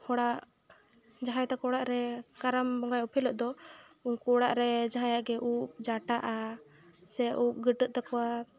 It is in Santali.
ᱦᱚᱲᱟᱜ ᱡᱟᱦᱟᱸᱭ ᱛᱟᱠᱚ ᱚᱲᱟᱜ ᱨᱮ ᱠᱟᱨᱟᱢ ᱵᱚᱸᱜᱟᱭ ᱩᱯᱮᱞᱚᱜ ᱫᱚ ᱩᱱᱠᱩ ᱚᱲᱟᱜ ᱨᱮ ᱡᱟᱦᱟᱸᱭᱟᱜ ᱜᱮ ᱩᱵ ᱡᱟᱴᱟᱜᱼᱟ ᱥᱮ ᱩᱵ ᱜᱟᱹᱴᱟᱹᱜ ᱛᱟᱠᱚᱣᱟ